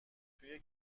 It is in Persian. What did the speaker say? توی